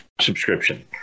subscription